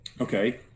Okay